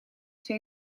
twee